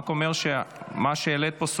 אני רק אומר שמה שהעלית פה,